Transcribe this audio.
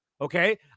okay